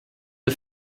the